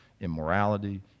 immorality